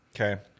Okay